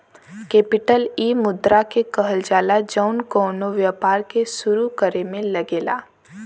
capital इ मुद्रा के कहल जाला जौन कउनो व्यापार के सुरू करे मे लगेला